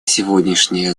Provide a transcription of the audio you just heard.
сегодняшнее